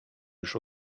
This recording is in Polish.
już